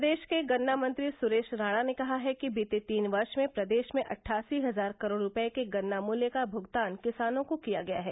प्रदेश के गन्ना मंत्री सुरेश राणा ने कहा है कि बीते तीन वर्ष में प्रदेश में अट्ठासी हजार करोड़ रूपये के गन्ना मूल्य का भुगतान किसानों को किया गया है